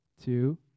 two